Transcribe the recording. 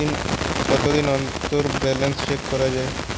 কতদিন অন্তর balance check করা য়ায়?